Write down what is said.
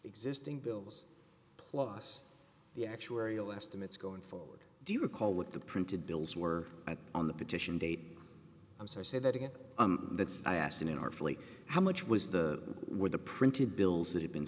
existing bills plus the actuarial estimates going forward do you recall what the printed bills were on the petition date i'm sorry say that again that's i asked in artfully how much was the with the printed bills that have been